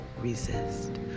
resist